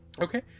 okay